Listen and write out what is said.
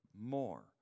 more